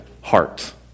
heart